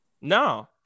No